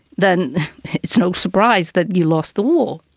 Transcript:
then it's no surprise that you lost the war.